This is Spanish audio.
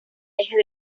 ejes